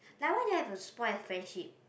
like why do you have to spoil a friendship